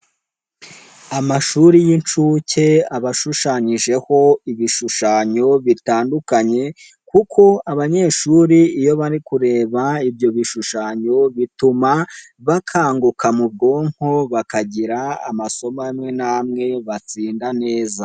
Amashuri y'inshuke aba ashushanyijeho ibishushanyo bitandukanye kuko abanyeshuri iyo bari kureba ibyo bishushanyo bituma bakanguka mu bwonko, bakagira amasomo amwe n' amwe batsinda neza.